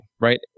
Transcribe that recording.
right